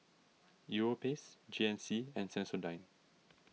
Europace G N C and Sensodyne